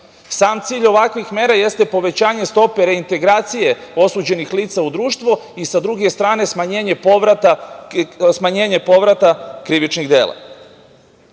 Sam cilj ovakvih mera jeste povećanje stope reintegracije osuđenih lica u društvo i sa druge strane, smanjenje povrata krivičnih